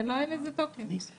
אין לזה כלום.